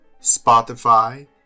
Spotify